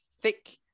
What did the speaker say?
thick